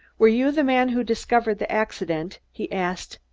were you the man who discovered the accident? he asked,